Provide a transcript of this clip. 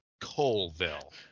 Colville